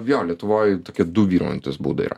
jo lietuvoj tokie du vyraujantys būdai yra